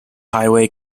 highway